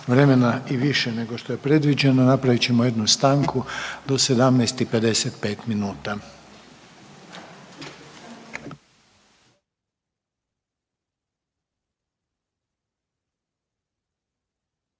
vremena i više nego što je predviđeno napravit ćemo jednu stanku do 17 i 55 minuta.